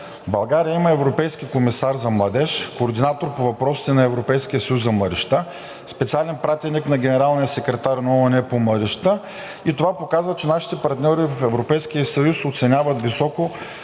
България има европейски комисар за младежта, координатор по въпросите на Европейския съюз за младежта, специален пратеник на генералния секретар на ООН по младежта и това показва, че нашите партньори в Европейския съюз оценяват високо